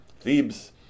Thebes